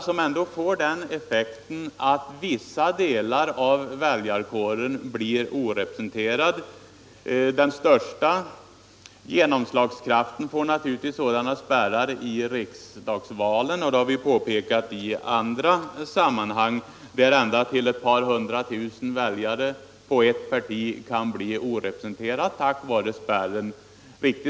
De får ändå den effekten att vissa delar av väljarkåren blir orepresenterad. Den största genomslagskraften har naturligtvis sådana spärrar i riksdagsvalen — det har vi påpekat i andra sammanhang — där ända upp till 200 000 väljare som stödjer ett parti kan bli orepresenterade på grund av spärren.